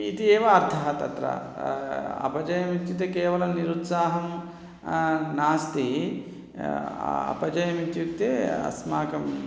इति एव अर्थः तत्र अपजयमित्युक्ते केवलं निरुत्साहं नास्ति अ अपजयमित्युक्ते अस्माकम्